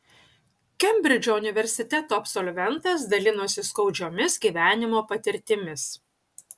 kembridžo universiteto absolventas dalinosi skaudžiomis gyvenimo patirtimis